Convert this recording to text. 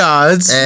Gods